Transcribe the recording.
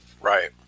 Right